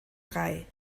drei